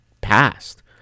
passed